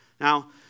Now